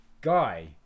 guy